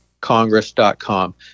congress.com